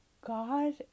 God